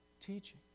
Teaching